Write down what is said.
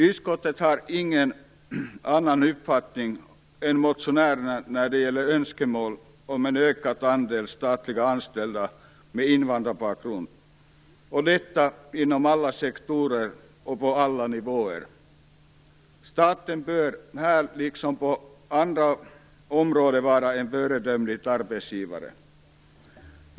Utskottet har ingen annan uppfattning än motionärerna när det gäller önskemålet om en ökad andel statligt anställda med invandrarbakgrund, och detta inom alla sektorer och på alla nivåer. Staten bör här liksom på andra områden vara en föredömlig arbetsgivare.